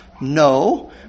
No